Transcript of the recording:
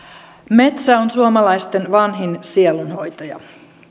metsä on suomalaisten vanhin sielunhoitaja